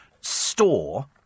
store